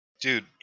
Dude